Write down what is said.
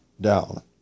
down